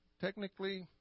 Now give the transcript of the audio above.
technically